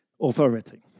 authority